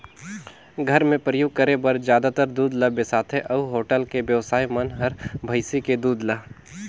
घर मे परियोग करे बर जादातर दूद ल बेसाथे अउ होटल के बेवसाइ मन हर भइसी के दूद ल